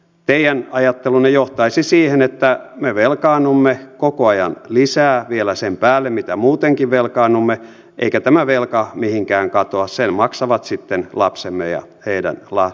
teidän ajattelunne johtaisi siihen että me velkaannumme koko ajan lisää vielä sen päälle mitä muutenkin velkaannumme eikä tämä velka mihinkään katoa sen maksavat sitten lapsemme ja heidän lapsensa